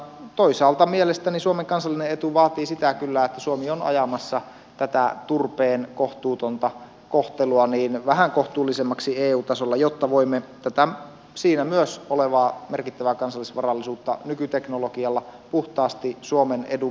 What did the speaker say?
toisaalta mielestäni suomen kansallinen etu vaatii sitä kyllä että suomi on ajamassa tätä turpeen kohtuutonta kohtelua vähän kohtuullisemmaksi eu tasolla jotta voimme tätä siinä myös olevaa merkittävää kansallisvarallisuutta nykyteknologialla puhtaasti suomen edun